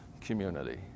community